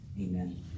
Amen